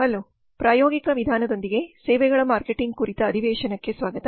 hello ಪ್ರಾಯೋಗಿಕ ವಿಧಾನದೊಂದಿಗೆ ಸೇವೆಗಳ ಮಾರ್ಕೆಟಿಂಗ್ ಕುರಿತ ಅಧಿವೇಶನಕ್ಕೆ ಸ್ವಾಗತ